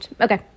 Okay